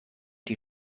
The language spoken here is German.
die